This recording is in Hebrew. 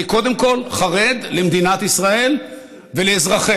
אני קודם כול חרד למדינת ישראל ולאזרחיה,